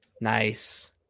Nice